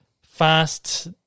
Fast